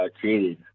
created